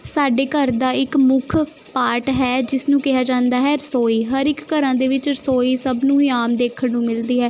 ਸਾਡੇ ਘਰ ਦਾ ਇੱਕ ਮੁੱਖ ਪਾਰਟ ਹੈ ਜਿਸ ਨੂੰ ਕਿਹਾ ਜਾਂਦਾ ਹੈ ਰਸੋਈ ਹਰ ਇੱਕ ਘਰਾਂ ਵਿੱਚ ਰਸੋਈ ਸਭ ਨੂੰ ਹੀ ਆਮ ਦੇਖਣ ਨੂੰ ਮਿਲਦੀ ਹੈ